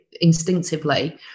instinctively